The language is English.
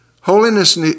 Holiness